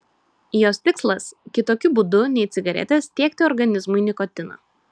jos tikslas kitokiu būdu nei cigaretės tiekti organizmui nikotiną